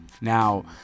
Now